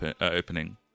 opening